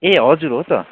ए हजुर हो त